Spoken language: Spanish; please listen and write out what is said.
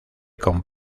con